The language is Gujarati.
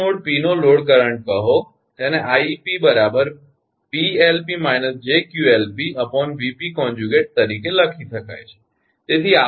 તેથી નોડ 𝑝 નો લોડ કરંટ કહો તેને 𝑖𝑝 𝑃𝐿𝑝 − 𝑗𝑄𝐿𝑝 𝑉𝑝∗ તરીકે લખી શકાય છે